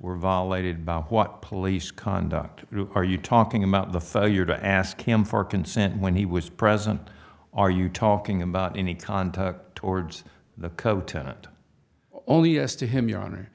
were violated by what police conduct are you talking about the failure to ask him for consent when he was present are you talking about any contact towards the only us to him your honor